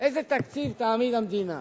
תעמיד המדינה,